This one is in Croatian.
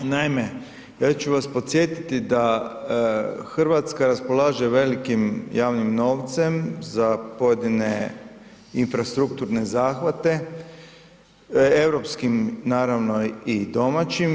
Naime, ja ću vas podsjetiti da Hrvatska raspolaže velikim javnim novcem za pojedine infrastrukturne zahvate, europskim naravno i domaćim.